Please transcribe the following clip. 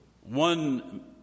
One